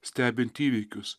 stebint įvykius